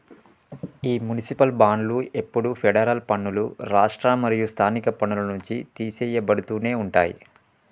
ఈ మునిసిపాల్ బాండ్లు ఎప్పుడు ఫెడరల్ పన్నులు, రాష్ట్ర మరియు స్థానిక పన్నుల నుంచి తీసెయ్యబడుతునే ఉంటాయి